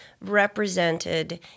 represented